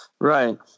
Right